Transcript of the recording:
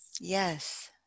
yes